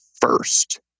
first